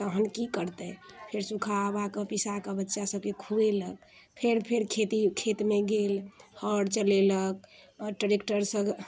तहन की करतै फेर सुखाबाकऽ पिसाकऽ बच्चा सभके खुएलक फेर फेर खेती खेतमे गेल हर चलेलक आओर ट्रेक्टरसँ